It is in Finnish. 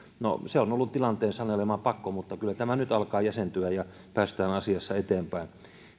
no se on ollut tilanteen sanelema pakko mutta kyllä tämä nyt alkaa jäsentyä ja päästään asiassa eteenpäin